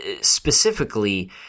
specifically